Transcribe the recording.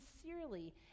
sincerely